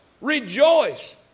Rejoice